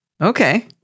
Okay